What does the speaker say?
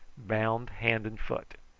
bound hand and foot.